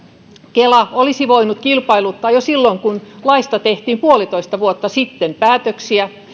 kela olisi voinut kilpailuttaa jo silloin kun laista tehtiin puolitoista vuotta sitten päätöksiä